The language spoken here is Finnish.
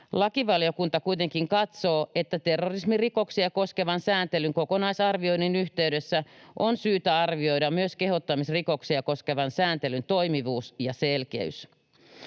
Lakivaliokunta kuitenkin katsoo, että terrorismirikoksia koskevan sääntelyn kokonaisarvioinnin yhteydessä on syytä arvioida myös kehottamisrikoksia koskevan sääntelyn toimivuus ja selkeys.